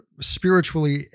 spiritually